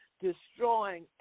destroying